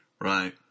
Right